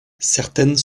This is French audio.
certaines